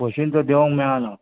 बशीनचो देंवोंग मेळाना